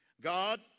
God